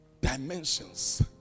Dimensions